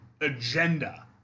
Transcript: agenda